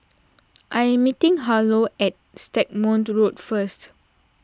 I am meeting Harlow at Stagmont Road first